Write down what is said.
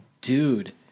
dude